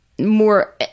more